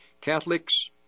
Catholics